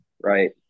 right